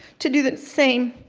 to do the same.